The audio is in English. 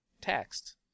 text